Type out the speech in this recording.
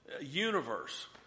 universe